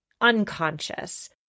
unconscious